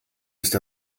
ist